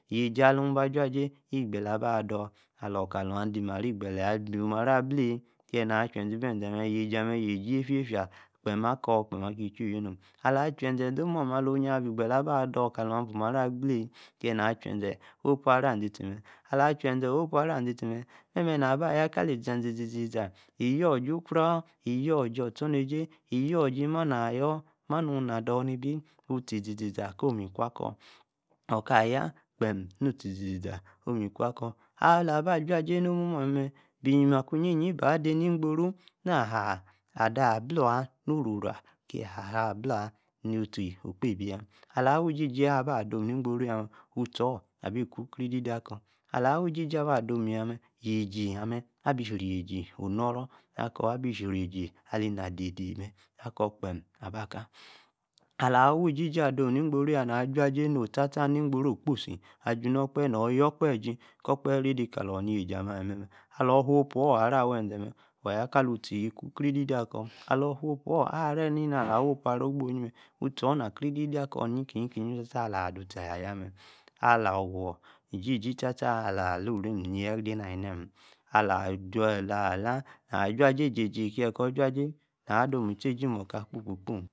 Asuajay, ee gbere aba dua, alokator ademarto igbele, aboua-marı, ableyi, Kije naa, acheze, ibize mee, yasi amce, taa abi rii, yasi gefia akor, alachese, awaa opo array aziti mee, Okro ka be de sí akor ala-ba-asuajay nomamu amce, si bi zi baa-de nibora-yaa, ngor haa abd ablaa-aa nururu, ahaa blaa, mutee okpebiyaa, alor, awaa idisi adenigtoro yaa mee, Ottex offee on taa bi kun, akor crididi, akor awaa titi adomee-yaa, yiesi amer abi reší onoro, aku abi resi alinga dede akor gbem abaka, ala-awisisi adam nigboro yaa naa suaday no tataa-nigboro ekposi aju orkpehe, nor yio- orkpehe iji kor orkaphe-de ka-lor yieji amee, waa, yaa ka-lotee iku-crididi akor, alor fut-poo aray, ottee inaa crididi nikinyikin waa glor-awor adotee, ayaa mee (uninteligble)